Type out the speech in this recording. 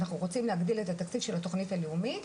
אנחנו רוצים להגדיל את התקציב של התוכנית הלאומית,